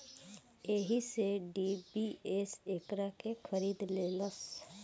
एही से डी.बी.एस एकरा के खरीद लेलस